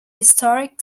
historic